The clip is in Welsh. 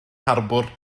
harbwr